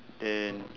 then